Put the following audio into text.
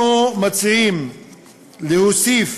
אנחנו מציעים להוסיף